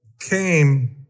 came